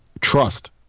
trust